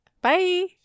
bye